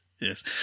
Yes